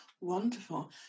Wonderful